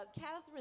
Catherine